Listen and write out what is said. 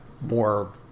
more